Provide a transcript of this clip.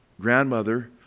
grandmother